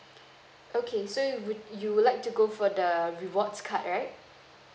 okay so wo~ you would like to go for the rewards card right